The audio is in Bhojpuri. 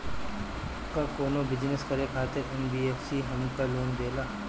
का कौनो बिजनस करे खातिर एन.बी.एफ.सी हमके लोन देला?